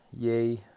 Yay